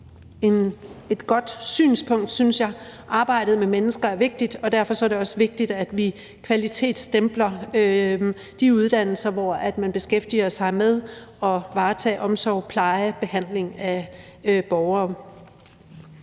et godt synspunkt, synes jeg. Arbejdet med mennesker er vigtigt, og derfor er det også vigtigt, at vi kvalitetsstempler de uddannelser, hvor man beskæftiger sig med at varetage omsorg, pleje og behandling af borgere.